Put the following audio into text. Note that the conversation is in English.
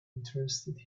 interested